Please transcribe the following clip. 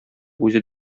үзе